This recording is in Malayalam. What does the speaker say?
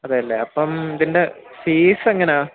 അതെയല്ലേ അപ്പം ഇതിൻ്റെ ഫീസ് എങ്ങനെയാണ്